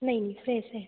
नहीं नहीं फ्रेस है